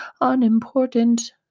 unimportant